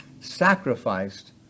sacrificed